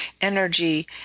energy